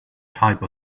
type